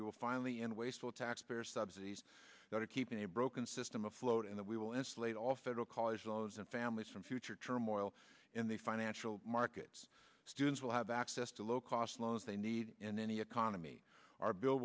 we will finally end wasteful taxpayer subsidies that are keeping a broken system afloat and that we will insulate all federal college loans and families from future turmoil in the financial markets students will have access to low cost loans they need and then the economy our bill